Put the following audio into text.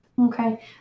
Okay